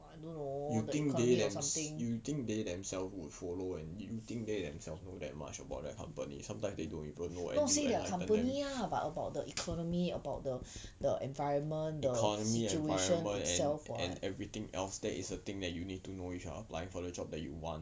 you think they themselves would follow and you think they themselves know that much about their company sometimes they don't even know economy environment and and everything else that is the thing that you need to know if you are applying for the job that you want